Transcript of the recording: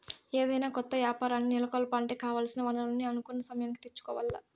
ఏదైనా కొత్త యాపారాల్ని నెలకొలపాలంటే కావాల్సిన వనరుల్ని అనుకున్న సమయానికి తెచ్చుకోవాల్ల